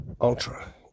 ultra